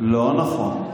לא נכון.